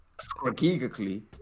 strategically